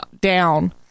down